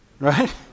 right